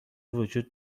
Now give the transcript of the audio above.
وجود